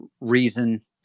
reason